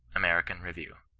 american review.